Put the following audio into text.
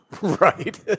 Right